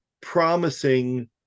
promising